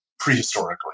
prehistorically